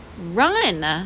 Run